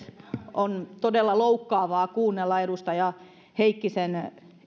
on todella loukkaavaa kuunnella edustaja heikkisen